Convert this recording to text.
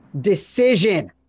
Decision